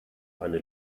eine